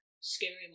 scary